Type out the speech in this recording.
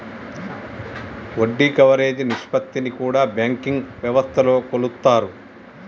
వడ్డీ కవరేజీ నిష్పత్తిని కూడా బ్యాంకింగ్ వ్యవస్థలో కొలుత్తారు